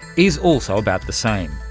is also about the same.